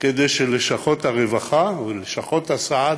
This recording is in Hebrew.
כדי שלשכות הרווחה ולשכות הסעד,